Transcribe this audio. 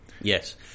Yes